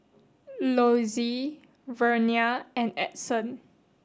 Lossie Vernia and Edson